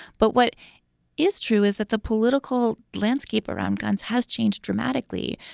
but what is true is that the political landscape around guns has changed dramatically.